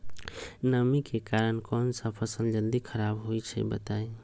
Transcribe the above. नमी के कारन कौन स फसल जल्दी खराब होई छई बताई?